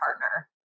partner